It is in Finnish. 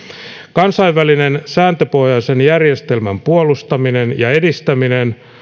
kansainvälisen sääntöpohjaisen järjestelmän puolustaminen ja edistäminen